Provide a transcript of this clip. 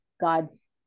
God's